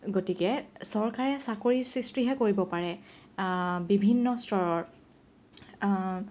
গতিকে চৰকাৰে চাকৰি সৃষ্টিহে কৰিব পাৰে বিভিন্ন স্তৰত